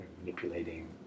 manipulating